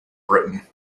britain